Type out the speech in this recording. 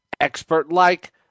expert-like